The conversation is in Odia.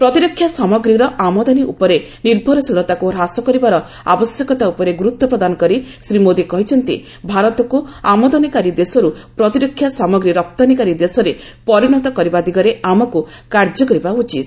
ପ୍ରତିରକ୍ଷା ସାମଗ୍ରୀର ଆମଦାନୀ ଉପରେ ନିର୍ଭରଶୀଳତାକୁ ହ୍ରାସ କରିବାର ଆବଶ୍ୟକତା ଉପରେ ଗୁରୁତ୍ୱ ପ୍ରଦାନ କରି ଶ୍ରୀ ମୋଦୀ କହିଛନ୍ତି ଭାରତକୁ ଆମଦାନୀକାରୀ ଦେଶରୁ ପ୍ରତିରକ୍ଷା ସାମଗ୍ରୀ ରପ୍ତାନୀକାରୀ ଦେଶରେ ପରିଣତ କରିବା ଦିଗରେ ଆମକୁ କାର୍ଯ୍ୟ କରିବା ଉଚିତ